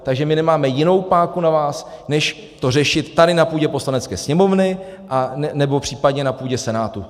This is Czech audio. Takže my nemáme jinou páku na vás než to řešit tady na půdě Poslanecké sněmovny nebo případně na půdě Senátu.